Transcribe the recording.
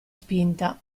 spinta